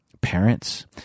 parents